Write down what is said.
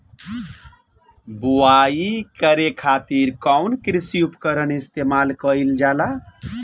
बुआई करे खातिर कउन कृषी उपकरण इस्तेमाल कईल जाला?